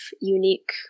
unique